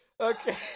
Okay